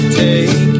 take